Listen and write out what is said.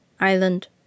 Island